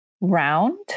round